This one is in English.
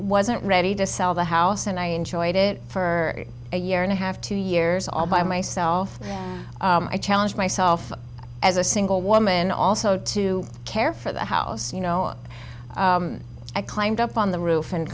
wasn't ready to sell the house and i enjoyed it for a year and a half two years all by myself i challenge myself as a single woman also to care for the house you know up i climbed up on the roof and